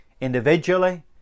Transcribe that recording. individually